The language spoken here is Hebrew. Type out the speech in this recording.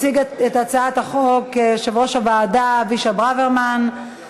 הצעת חוק הגנת הצרכן (תיקון מס' 39),